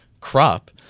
crop